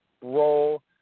role